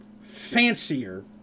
fancier